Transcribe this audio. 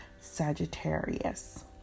Sagittarius